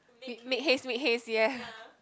make make haste make haste ya